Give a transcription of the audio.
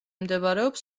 მდებარეობს